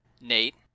Nate